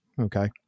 Okay